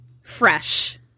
fresh